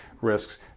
risks